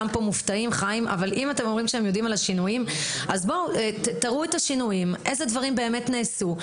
כאן מופתעים תראו את השינויים ואיזה דברים באמת נעשו.